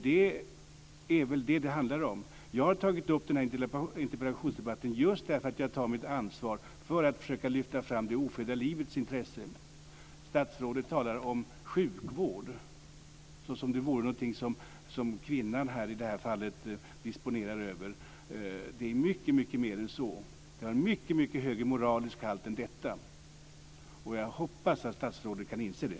Det är väl vad det handlar om. Jag har tagit upp den här interpellationen just för att jag tar mitt ansvar för att försöka lyfta fram det ofödda livets intressen. Statsrådet talar om sjukvård, som om det vore något som kvinnan i det här fallet disponerar över. Det är mycket mer än så. Det har en mycket högre moralisk halt än så. Jag hoppas att statsrådet kan inse det.